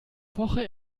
woche